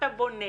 אתה בונה